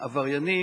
עבריינים,